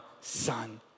son